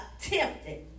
tempted